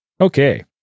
Okay